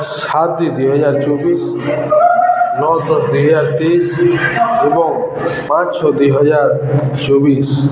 ସାତ ଦୁଇହଜାର ଚବିଶ ନଅ ଦଶ ଦୁଇହଜାର ତେଇଶ ଏବଂ ପାଞ୍ଚ ଛଅ ଦୁଇହଜାର ଚବିଶ